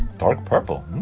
dark purple